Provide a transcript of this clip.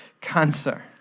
cancer